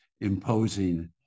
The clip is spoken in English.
imposing